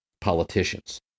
politicians